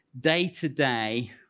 day-to-day